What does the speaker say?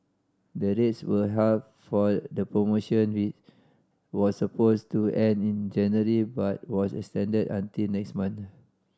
the rates were halved for the promotion which was supposed to end in January but was extended until next month